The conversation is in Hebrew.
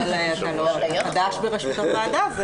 אבל אתה חדש בראשות הוועדה.